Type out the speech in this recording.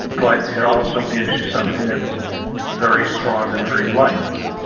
but it also gives you something that's very strong and very light oh,